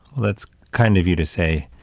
that's kind of you to say,